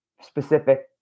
specific